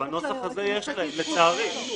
בנוסח הזה יש להם, לצערי.